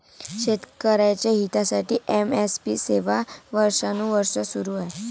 शेतकऱ्यांच्या हितासाठी एम.एस.पी सेवा वर्षानुवर्षे सुरू आहे